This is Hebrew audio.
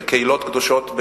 של קהילות קדושות,